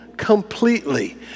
Completely